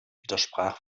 widersprach